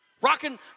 rocking